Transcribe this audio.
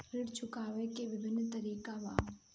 ऋण चुकावे के विभिन्न तरीका का बा?